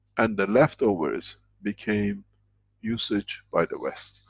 and the leftovers became usage by the west.